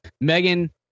Megan